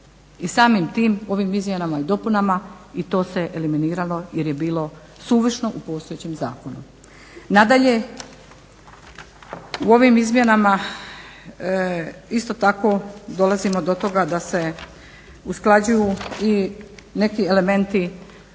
I samim tim ovim izmjenama i dopunama i to se eliminiralo jer je bilo suvišno u postojećem zakonu. Nadalje, u ovim izmjenama isto tako dolazimo do toga da se usklađuju i neki elementi